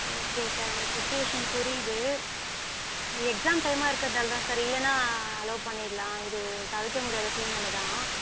okay sir உங்கள் situation புரியுது exam டைம்மாக இருக்கிறதாலதான் சார் இல்லன்னா அலோவ் பண்ணிட்லான் இது தவிர்க்க முடியாத சூழ்நில தான்